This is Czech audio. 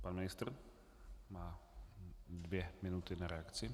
Pan ministr má dvě minuty na reakci.